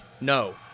No